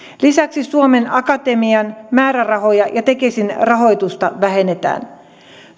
lisäksi suomen akatemian määrärahoja ja tekesin rahoitusta vähennetään